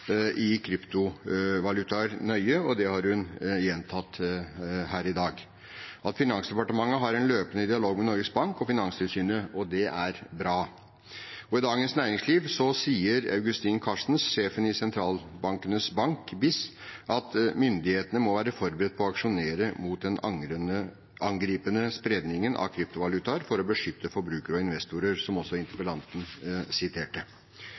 i kryptovalutaer nøye. Hun har gjentatt her i dag at Finansdepartementet har en løpende dialog med Norges Bank og Finanstilsynet, og det er bra. I Dagens Næringsliv sier Agustín Carstens, sjefen i sentralbankenes bank, BIS: «Myndighetene må være forberedt på å aksjonere mot den angripende spredningen av kryptovalutaer for å beskytte forbrukere og investorer.» Interpellanten siterte også